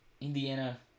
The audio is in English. Indiana